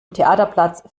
theaterplatz